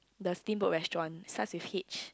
the steam boat restaurant starts with H